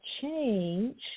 change